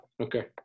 okay